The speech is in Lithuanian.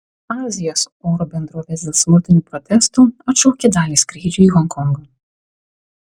azijos oro bendrovės dėl smurtinių protestų atšaukė dalį skrydžių į honkongą